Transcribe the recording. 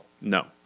No